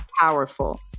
powerful